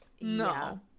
no